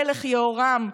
המלך יהורם,